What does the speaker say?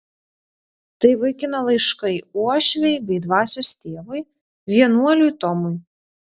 tai vaikino laiškai uošvei bei dvasios tėvui vienuoliui tomui